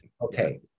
Okay